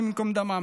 השם ייקום דמם.